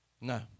No